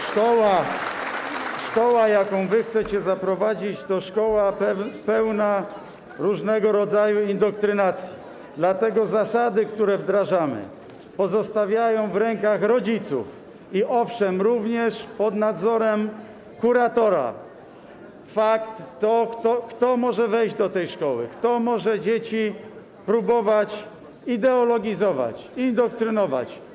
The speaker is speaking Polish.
Szkoła, jaką wy chcecie zaprowadzić, to szkoła pełna różnego rodzaju indoktrynacji, dlatego zasady, które wdrażamy, pozostawiają w rękach rodziców i, owszem, również pod nadzorem kuratora, fakt, kto może wejść do tej szkoły, kto może dzieci próbować ideologizować, indoktrynować.